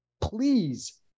please